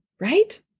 right